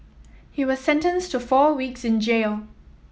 he was sentenced to four weeks in jail